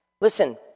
Listen